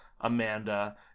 Amanda